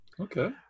Okay